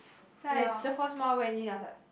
like the first mouth when in I was like